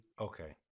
okay